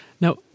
Now